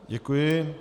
Děkuji.